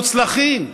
אפילו מוצלחים,